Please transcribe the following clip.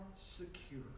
secure